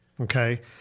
okay